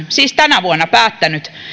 siis tänä vuonna päättänyt